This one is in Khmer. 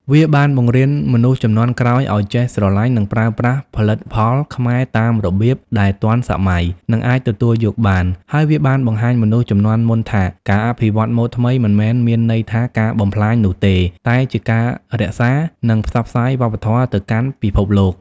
វាបានបង្រៀនមនុស្សជំនាន់ក្រោយឲ្យចេះស្រលាញ់ និងប្រើប្រាស់ផលិតផលខ្មែរតាមរបៀបដែលទាន់សម័យ និងអាចទទួលយកបាន ហើយវាបានបង្ហាញមនុស្សជំនាន់មុនថាការអភិវឌ្ឍម៉ូដថ្មីមិនមែនមានន័យថាការបំផ្លាញនោះទេ តែជាការរក្សា និងផ្សព្វផ្សាយវប្បធម៌ទៅកាន់ពិភពលោក។